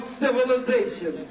civilization